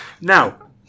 Now